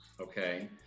Okay